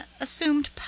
assumed